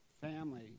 family